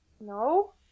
No